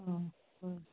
आं बरें